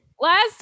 last